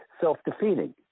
self-defeating